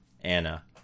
Anna